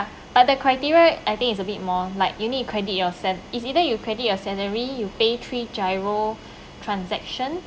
other criteria I think it's a bit more like you need credit your sa~ is either you credit your salary you pay three giro transaction